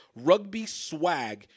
RUGBYSWAG